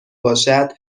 باشد